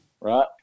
right